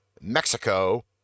Mexico